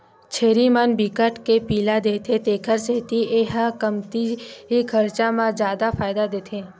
छेरी मन बिकट के पिला देथे तेखर सेती ए ह कमती खरचा म जादा फायदा देथे